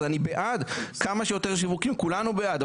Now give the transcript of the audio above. ואני בעד כמה שיותר שיווקים, כולנו בעד.